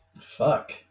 Fuck